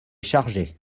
charger